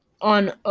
on